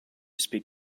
speak